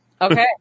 Okay